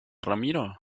ramiro